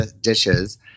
dishes